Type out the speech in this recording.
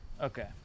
Okay